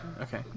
Okay